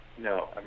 No